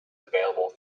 available